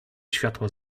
światła